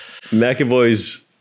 McAvoy's